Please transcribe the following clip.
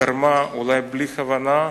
גרמה, אולי בלי כוונה,